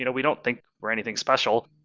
you know we don't think we're anything special,